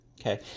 Okay